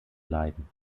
leiden